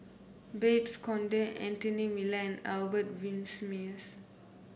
Babes Conde Anthony Miller Albert Winsemius